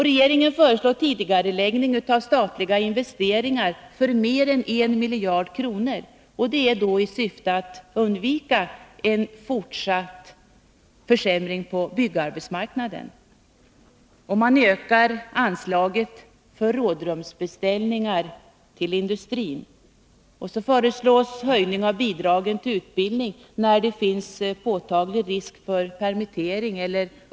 Regeringen föreslår tidigareläggning av statliga investeringar för mer än 1 miljard kronor i syfte att undvika en fortsatt försämring på byggarbetsmarknaden. Man ökar anslaget för rådrumsbeställningar till industrin. Vidare föreslås en höjning av bidragen till utbildning från nuvarande 20 kr.